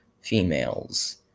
females